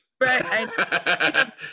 right